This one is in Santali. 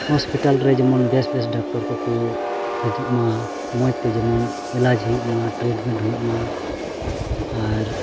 ᱦᱚᱥᱯᱤᱴᱟᱞ ᱨᱮ ᱡᱮᱢᱚᱱ ᱵᱮᱹᱥ ᱵᱮᱹᱥ ᱰᱟᱠᱴᱚᱨ ᱠᱚᱠᱚ ᱦᱤᱡᱩᱜ ᱢᱟ ᱢᱚᱡᱽ ᱛᱮ ᱡᱮᱢᱚᱱ ᱮᱞᱟᱪ ᱦᱩᱭᱩᱜ ᱢᱟ ᱴᱨᱤᱴᱢᱮᱱᱴ ᱦᱩᱭᱩᱜ ᱢᱟ ᱟᱨ